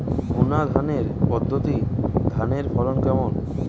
বুনাধানের পদ্ধতিতে ধানের ফলন কেমন?